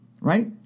Right